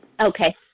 Okay